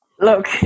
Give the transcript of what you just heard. Look